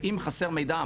אם חסר מידע,